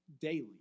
daily